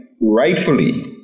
rightfully